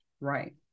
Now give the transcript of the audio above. Right